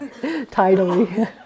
tidily